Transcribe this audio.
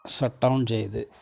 shut down ചെയ്ത്